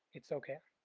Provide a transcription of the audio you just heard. it's okay.